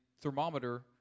thermometer